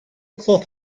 cloth